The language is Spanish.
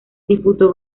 disputó